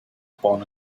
upon